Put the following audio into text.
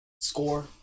score